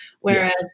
Whereas